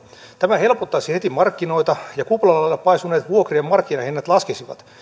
tämä helpottaisi heti markkinoita ja kuplalle paisuneet vuokrien markkinahinnat laskisivat